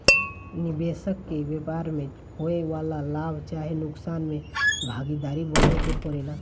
निबेसक के व्यापार में होए वाला लाभ चाहे नुकसान में भागीदार बने के परेला